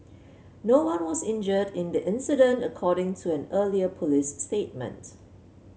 no one was injured in the incident according to an earlier police statement